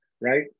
right